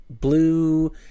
blue